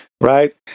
right